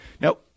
Now